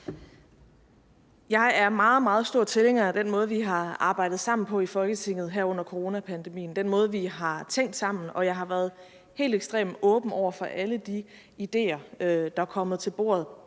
meget, meget stor tilhænger af den måde, vi har arbejdet sammen på i Folketinget her under coronapandemien, og den måde, vi har tænkt sammen på, og jeg har været helt ekstremt åben over for alle de ideer til løsninger, der er kommet på bordet